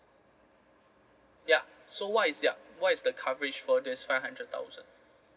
ya so what is ya what is the coverage for this five hundred thousand